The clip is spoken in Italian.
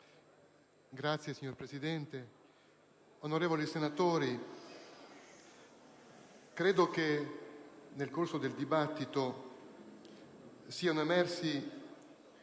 culturali*. Signor Presidente, onorevoli senatori, credo che nel corso del dibattito siano emersi,